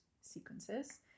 sequences